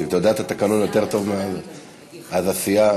איציק, אתה יודע את התקנון יותר טוב, אז בסיעה,